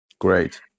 Great